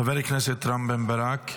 חבר הכנסת רם בן ברק,